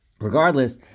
Regardless